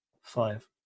five